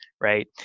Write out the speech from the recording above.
right